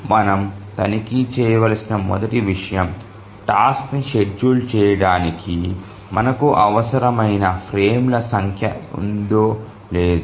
మనము తనిఖీ చేయవలసిన మొదటి విషయం టాస్క్ ని షెడ్యూల్ చేయడానికి మనకు అవసరమైన ఫ్రేమ్ల సంఖ్య ఉందో లేదో